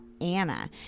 Anna